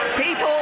People